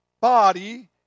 body